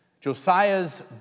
Josiah's